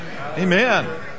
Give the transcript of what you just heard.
Amen